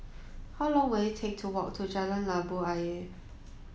how long will it take to walk to Jalan Labu Ayer